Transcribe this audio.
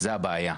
זו הבעיה.